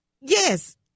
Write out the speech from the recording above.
Yes